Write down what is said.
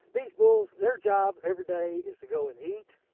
these bulls, their job every day is to go and eat,